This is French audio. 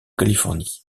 californie